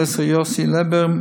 פרופסור יוסי לבר,